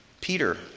Peter